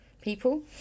people